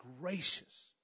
gracious